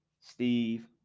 Steve